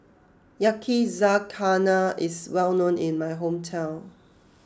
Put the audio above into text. Yakizakana is well known in my hometown